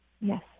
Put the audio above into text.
Yes